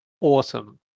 awesome